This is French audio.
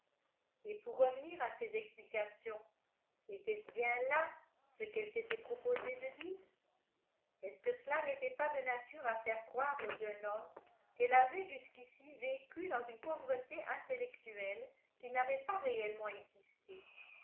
et pour revenir à ses explications était-ce bien là ce qu'elle s'était proposé de dire est-ce que cela n'était pas de nature à faire croire au jeune homme qu'elle avait jusqu'ici vécu dans une pauvreté intellectuelle qui n'avait pas réellement existé